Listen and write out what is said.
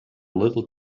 little